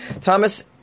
Thomas